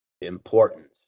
importance